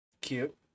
Cute